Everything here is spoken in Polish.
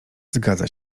zgadza